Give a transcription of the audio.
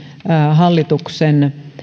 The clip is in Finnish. hallituksen